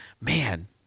man